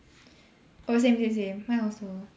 oh same same same mine also